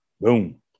Boom